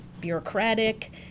bureaucratic